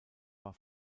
war